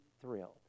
thrilled